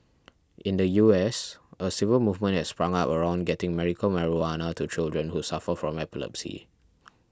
in the U S a civil movement has sprung up around getting medical marijuana to children who suffer from epilepsy